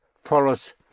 follows